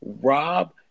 Rob